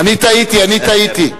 אני טעיתי, אני טעיתי.